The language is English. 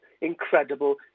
incredible